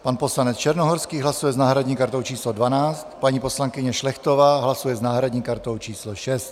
Pan poslanec Černohorský hlasuje s náhradní kartou číslo 12, paní poslankyně Šlechtová hlasuje s náhradní kartou číslo 6.